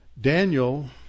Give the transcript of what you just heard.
Daniel